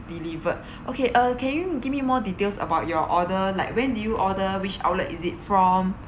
delivered okay uh can you give me more details about your order like when you order which outlet is it from